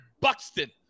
Buxton